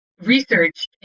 research